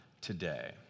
today